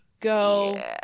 Go